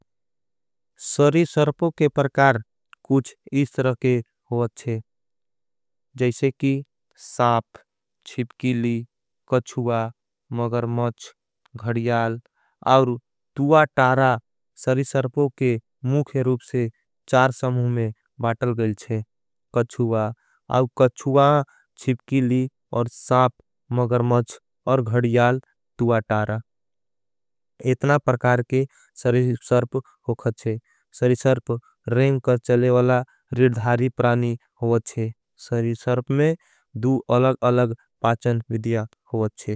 सरी सर्पो के परकार कुछ इस तरके हो अच्छे। जैसे की साप, छिपकीली, कच्छुआ, मगरमच। घड़ियाल और तुआ टारा सरी सर्पो के। मुखे रूप से चार समुह में बातल गईल छे। जैसे की साप, छिपकीली, कच्छुआ, मगरमच। घड़ियाल और तुआ टारा सरी सर्पो के। मुखे रूप से चार समुह में बातल गईल छे।